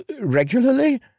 regularly